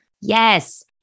Yes